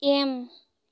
M